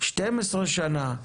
12 שנה,